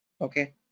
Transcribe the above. Okay